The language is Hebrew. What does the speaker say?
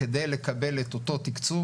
כדי לקבל את אותו תקצוב,